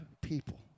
people